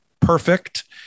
perfect